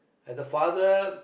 as a father